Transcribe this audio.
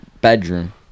bedroom